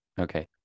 Okay